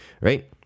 Right